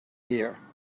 here